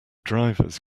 drivers